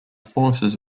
forces